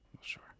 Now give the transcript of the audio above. sure